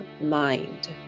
mind